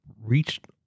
reached